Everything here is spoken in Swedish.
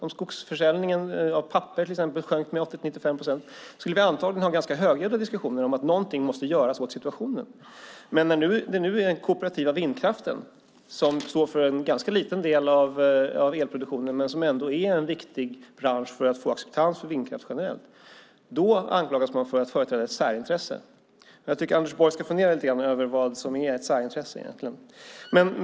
Om försäljningen av papper till exempel sjönk med 80-95 procent skulle vi antagligen ha ganska högljudda diskussioner om att något måste göras åt situationen. Nu gäller det den kooperativa vindkraften, som står för en ganska liten del av elproduktionen men ändå är en viktig bransch för att få acceptans för vindkraft generellt. Då anklagas man för att företräda ett särintresse. Jag tycker att Anders Borg ska fundera lite över vad ett särintresse är.